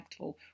impactful